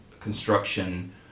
construction